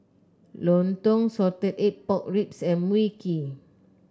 lontong Salted Egg Pork Ribs and Mui Kee